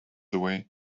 away